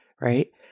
Right